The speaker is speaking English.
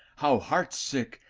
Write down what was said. how heart sick,